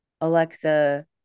Alexa